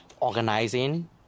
organizing